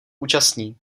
účastní